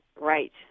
Right